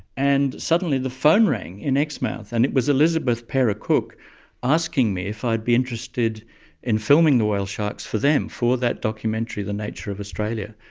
and suddenly the phone rang in exmouth and it was elizabeth parer-cook asking me if i'd be interested in filming the whale sharks for them for that documentary, nature of australia.